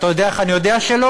אתה יודע איך אני יודע שלא?